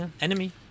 Enemy